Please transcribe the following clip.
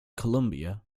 columbia